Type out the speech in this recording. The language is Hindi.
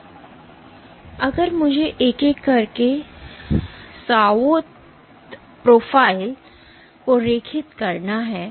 इसलिए अगर मुझे एक एक करके सॉवोथ प्रोफाइल को रेखित करना है